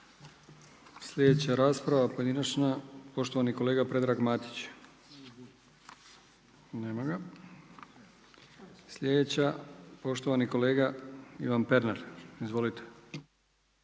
Slijedeća rasprava pojedinačna, poštovani kolega Predrag Matić. Nema ga. Slijedeća, poštovani kolega Ivan Pernar. Izvolite.